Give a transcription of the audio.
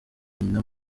nyina